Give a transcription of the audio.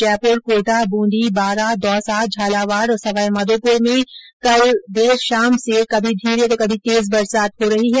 जयपुर कोटा बूंदी बारां दौसा झालावाड और सवाईमाधोपुर में कल से कभी तेज तो कभी धीमी बरसात हो रही हैं